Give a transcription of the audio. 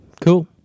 Cool